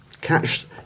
Catch